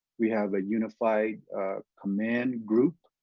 we have a unified command group,